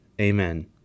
Amen